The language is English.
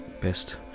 best